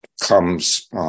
comes